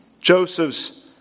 Joseph's